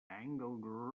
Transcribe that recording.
angle